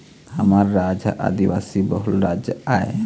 हमर राज ह आदिवासी बहुल राज आय